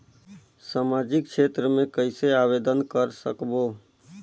समाजिक क्षेत्र मे कइसे आवेदन कर सकबो?